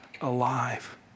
alive